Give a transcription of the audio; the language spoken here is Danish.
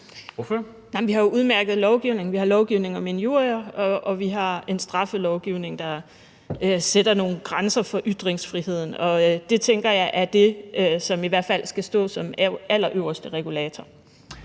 Nej, men vi har jo en udmærket lovgivning. Vi har lovgivning om injurier, og vi har en straffelovgivning, der sætter nogle grænser for ytringsfriheden, og det tænker jeg er det, som i hvert fald skal stå som allerøverste regulator.